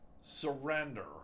surrender